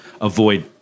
avoid